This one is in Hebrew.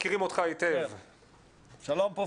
שלום.